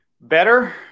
Better